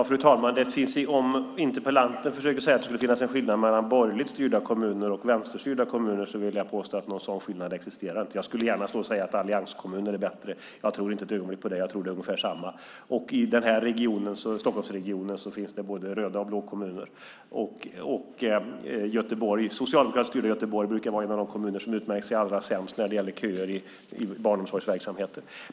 Fru talman! Om interpellanten försöker säga att det skulle finnas en skillnad mellan borgerligt styrda kommuner och vänsterstyrda kommuner vill jag påstå att någon sådan skillnad inte existerar. Jag skulle gärna säga att allianskommuner är bättre, men jag tror inte ett ögonblick på det. Jag tror att det är ungefär lika. I Stockholmsregionen finns det både röda och blå kommuner. Det socialdemokratiskt styrda Göteborg brukar vara en av de kommuner som utmärker sig som allra sämst när det gäller köer till barnomsorgsverksamheter.